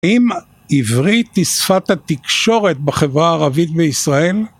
אם עברית היא שפת התקשורת בחברה הערבית בישראל..